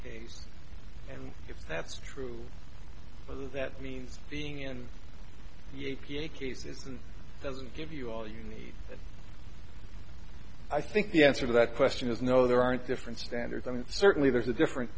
case and if that's true whether that means being in a cases and doesn't give you all you need i think the answer to that question is no there aren't different standards i mean certainly there's a different